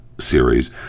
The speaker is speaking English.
series